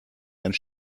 einen